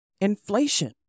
Inflation